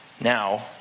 Now